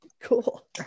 Cool